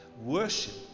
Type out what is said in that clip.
Worship